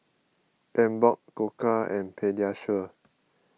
Emborg Koka and Pediasure